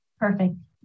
Perfect